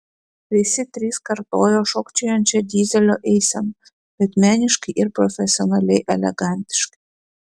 visi trys kartojo šokčiojančią dyzelio eiseną bet meniškai ir profesionaliai elegantiškai